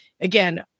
Again